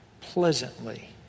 pleasantly